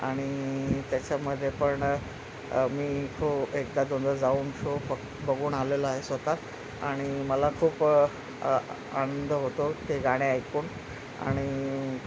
आणि त्याच्यामध्येपण मी खूप एकदा दोनदा जाऊन शो फक् बघून आलेलं आहे स्वतः आणि मला खूप आनंद होतो ते गाणे ऐकून आणि